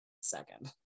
second